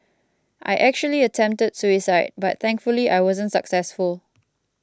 I actually attempted suicide but thankfully I wasn't successful